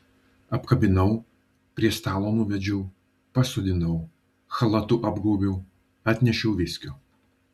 apkabinau prie stalo nuvedžiau pasodinau chalatu apgaubiau atnešiau viskio